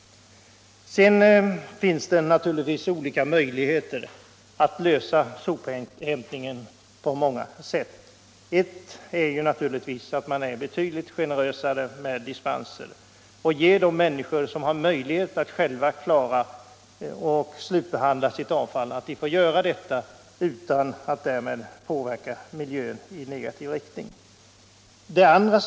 Det finns naturligtvis många sätt som man kan ordna sophämtningen på. Ett sätt är att man är betydligt generösare med dispenser och låter människor som har möjligheter att själva slutbehandla sitt avfall göra detta, om det kan ske utan en negativ påverkan på miljön.